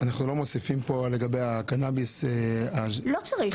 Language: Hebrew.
אנחנו לא מוסיפים פה לגבי הקנאביס --- לא צריך,